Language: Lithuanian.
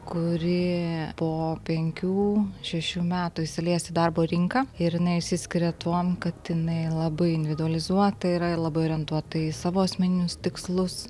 kuri po penkių šešių metų įsilies į darbo rinką ir jinai išsiskiria tuom kad jinai labai individualizuota yra labai orientuota į savo asmeninius tikslus